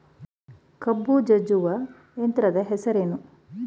ಕಬ್ಬು ಜಜ್ಜುವ ಯಂತ್ರದ ಹೆಸರೇನು?